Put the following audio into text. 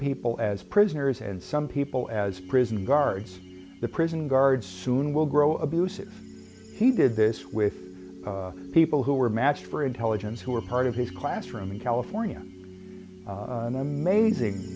people as prisoners and some people as prison guards the prison guards soon will grow abusive he did this with people who were matched for intelligence who are part of his classroom in california an amazing